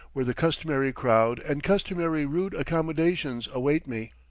where the customary crowd and customary rude accommodations await me.